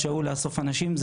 אגב,